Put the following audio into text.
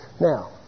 Now